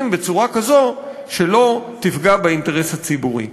בצורה כזאת שלא תפגע באינטרס הציבורי.